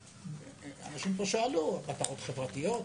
אנשים פה שאלו על מטרות חברתיות,